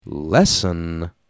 Lesson